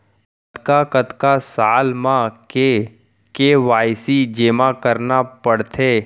कतका कतका साल म के के.वाई.सी जेमा करना पड़थे?